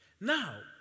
Now